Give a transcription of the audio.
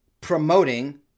promoting